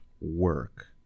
work